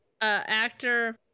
actor